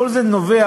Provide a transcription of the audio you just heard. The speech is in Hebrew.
כל זה נובע,